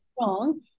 strong